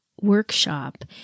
workshop